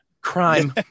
crime